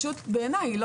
ובעיניי,